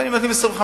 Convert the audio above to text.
אבל אם נותנים 25,